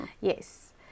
Yes